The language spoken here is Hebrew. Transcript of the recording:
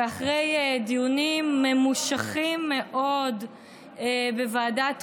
ואחרי דיונים ממושכים מאוד בוועדת החוקה,